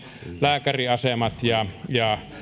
lääkäriasemat ja ja